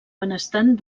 benestant